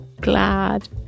glad